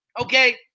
Okay